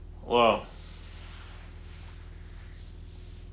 !wow!